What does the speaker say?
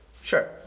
Sure